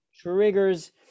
triggers